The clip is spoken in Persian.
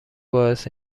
باعث